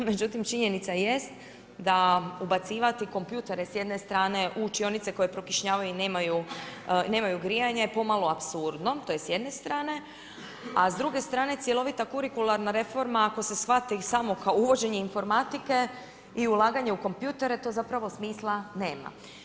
Međutim činjenica jest da ubacivati kompjutere s jedne strane u učinioce koje prokišnjavaju i nemaju grijanje, pomalo apsurdno to je s jedne strane, a s druge strane cjelovita kurikularna reforma ako se shvati samo kao uvođenje informatike i ulaganje u kompjutere to smisla nema.